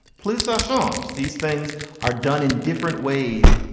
please, ah sean. these things are done in different ways,